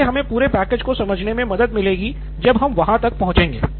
इससे हमे पूरे पैकेज को समझने मे मदद मिलेगी जब हम वहाँ तक पाहुचेंगे